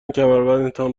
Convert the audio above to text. کمربندتان